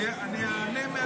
אני אענה מהדוכן.